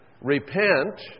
repent